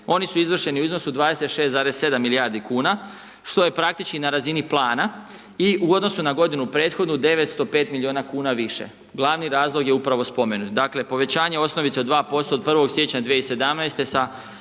oni su izvršeni u iznosu 26,7 milijardi kuna što je praktički na razini plana i u odnosu na godinu prethodnu 905 miliona kuna više, glavni razlog je upravo spomenut, dakle povećanje osnovice od 2% od 1. siječnja 2017.